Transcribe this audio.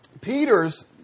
Peter's